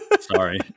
sorry